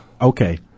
Okay